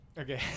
Okay